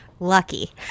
Lucky